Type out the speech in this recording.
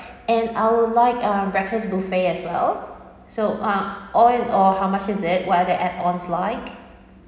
and I would like uh breakfast buffet as well so uh all and all how much is it what are the add-ons like